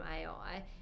AI